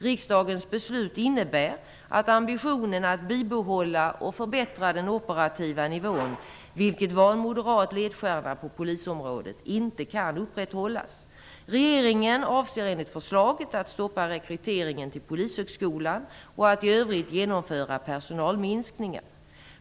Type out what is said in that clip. Riksdagen beslut innebär att ambitionen att bibehålla och förbättra den operativa nivån, vilket var en moderat ledstjärna på polisområdet, inte kan upprätthållas. Regeringen avser enligt förslaget att stoppa rekryteringen till Polishögskolan och att i övrigt genomföra personalminskningar.